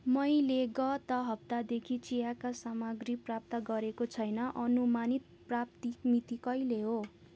मैले गत हप्तादेखि चियाका सामग्री प्राप्त गरेको छैन अनुमानित प्राप्ति मिति कहिले हो